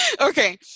Okay